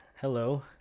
hello